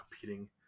competing